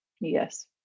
yes